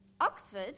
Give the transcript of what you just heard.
Oxford